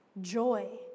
joy